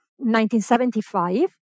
1975